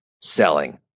selling